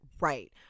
right